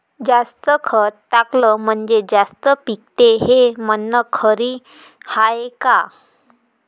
जास्त खत टाकलं म्हनजे जास्त पिकते हे म्हन खरी हाये का?